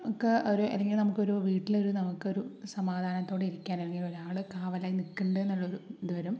നമുക്ക് ഒരു അല്ലെങ്കിൽ നമുക്കൊരു വീട്ടിൽ ഒരു നമുക്കൊരു സമാധാനത്തോടെ ഇരിക്കാൻ അല്ലെങ്കിൽ ഒരാൾ കാവലായി നിൽക്കുന്നുണ്ടെന്നൊരു ഇത് വരും